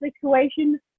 situation